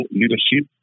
leadership